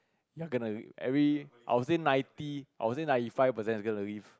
ya kena every I will say ninety or I say ninety five percent is gonna leave